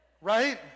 right